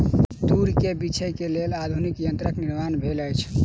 तूर के बीछै के लेल आधुनिक यंत्रक निर्माण भेल अछि